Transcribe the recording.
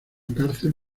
cárcel